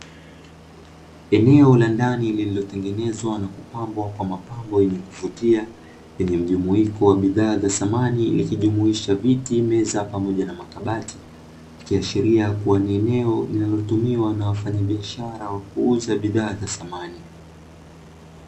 Eneo la ndani lililotengenezwa na kupambwa kwa mapambo yenye kuvutia, yenye mjumuiko wa bidhaa za samani likijumuisha viti, meza pamoja na makabati. Ikiashiria kuwa ni eneo linalotumiwa na wafanyabiashara wa kuuza bidhaa za samani.